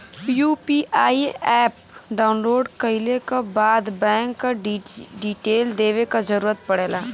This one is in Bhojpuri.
यू.पी.आई एप डाउनलोड कइले क बाद बैंक क डिटेल देवे क जरुरत पड़ेला